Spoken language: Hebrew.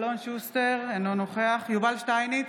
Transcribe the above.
אלון שוסטר, אינו נוכח יובל שטייניץ,